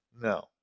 No